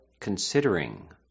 considering